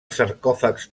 sarcòfags